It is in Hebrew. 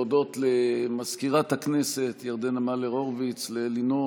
להודות למזכירת הכנסת ירדנה מלר-הורוביץ ולאלינור